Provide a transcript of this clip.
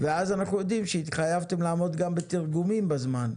ואז אנחנו יודעים שהתחייבתם לעמוד גם בתרגומים בזמן.